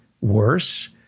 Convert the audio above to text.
worse